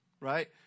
Right